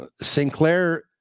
Sinclair